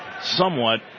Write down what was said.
somewhat